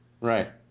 Right